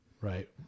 Right